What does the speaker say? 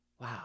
Wow